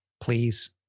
please